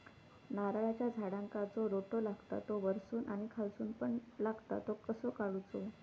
नारळाच्या झाडांका जो रोटो लागता तो वर्सून आणि खालसून पण लागता तो कसो काडूचो?